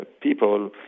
people